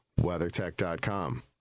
WeatherTech.com